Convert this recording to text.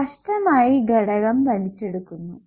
സ്പഷ്ടമായി ഘടകം പവർ വലിച്ചെടുക്കുന്നു